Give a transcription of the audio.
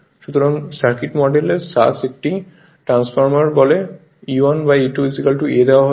সুতরাং circuit model সাস একটি ট্রান্সফরমার বলে E1 E2 a দেওয়া হয়েছে